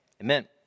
Amen